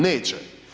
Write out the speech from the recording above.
Neće.